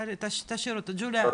ג'ולינה,